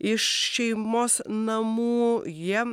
iš šeimos namų jie